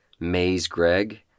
MazeGreg